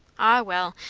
ah, well!